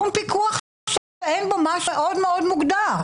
בלי פיקוח שאין בו משהו מאוד מאוד מוגדר.